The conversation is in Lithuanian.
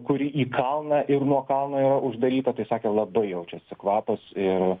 kuri į kalną ir nuo kalno yra uždaryta tai sakė labai jaučiasi kvapas ir